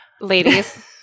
ladies